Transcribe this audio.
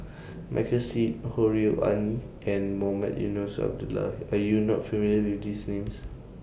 Michael Seet Ho Rui An and Mohamed Eunos Abdullah Are YOU not familiar with These Names